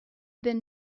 been